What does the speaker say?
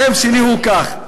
השם שלי הוא כך,